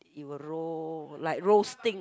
it will roll like roasting